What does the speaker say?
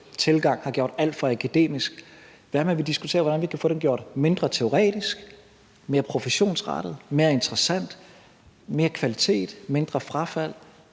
tilgang har gjort alt for akademisk? Hvad med, at vi diskuterer, hvordan vi kan få den gjort mindre teoretisk, mere professionsrettet, mere interessant og med mere kvalitet og mindre frafald?